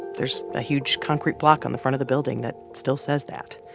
there's a huge concrete block on the front of the building that still says that.